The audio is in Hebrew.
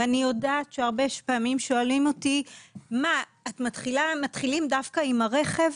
אני יודעת שהרבה פעמים שואלים אותי למה מתחילים דווקא עם הרכב.